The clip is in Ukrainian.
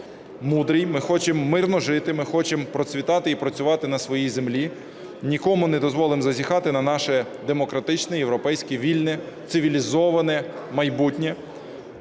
народ мудрий. Ми хочемо мирно жити, ми хочемо процвітати і працювати на своїй землі, нікому не дозволимо зазіхати на наше демократичне, європейське, вільне, цивілізоване майбутнє.